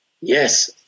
Yes